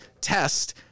test